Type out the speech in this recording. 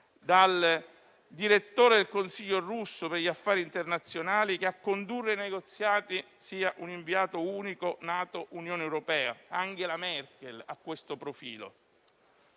dal direttore del Consiglio russo per gli affari internazionali, che a condurre i negoziati sia un inviato unico NATO-Unione europea e Angela Merkel ha questo profilo.